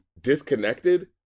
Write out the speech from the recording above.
disconnected